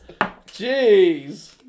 Jeez